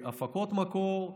הפקות מקור,